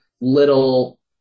little